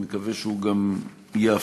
ואני מקווה שהוא גם יאפשר,